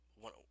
one